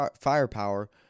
firepower